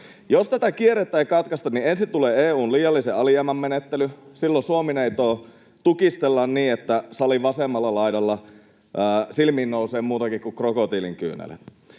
Jos tätä kierrettä ei katkaista, niin ensin tulee EU:n liiallisen alijäämän menettely. Silloin Suomi-neitoa tukistellaan niin, että salin vasemmalla laidalla silmiin nousee muutakin kuin krokotiilinkyyneleet.